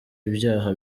ibyaha